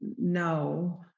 no